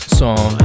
song